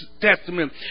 Testament